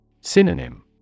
Synonym